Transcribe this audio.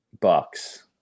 Bucks